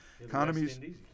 Economies